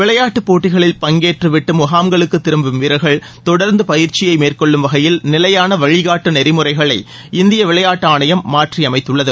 விளையாட்டுப் போட்டிகளில் பங்கேற்றுவிட்டு முகாம்களுக்கு திரும்பும் வீரர்கள் தொடர்ந்து பயிற்சியை மேற்கொள்ளும் வகையில் நிலையான வழிகாட்டு நெறிமுறைகளை இந்திய விளையாட்டு ஆணையம் மாற்றியமைத்துள்ளது